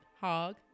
Hog